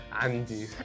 Andy